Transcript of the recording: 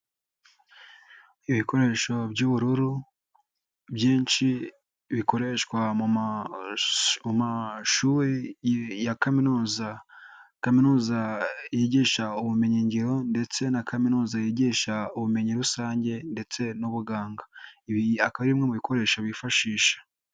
Ibikoresho by'ubururu byinshi bikoreshwa mu mashuri ya kaminuza. Kaminuza yigisha ubumenyi ngiro ndetse na kaminuza yigisha ubumenyi rusange ndetse n'ubuganga. Ibi bikaba ari bimwe mu bikoresho bifashisha.